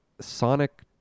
Sonic